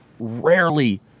rarely